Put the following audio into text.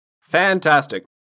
Fantastic